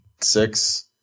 six